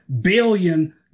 billion